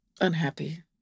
unhappy